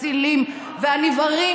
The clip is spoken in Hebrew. הכסילים והנבערים